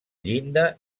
llinda